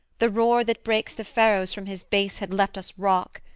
the roar that breaks the pharos from his base had left us rock.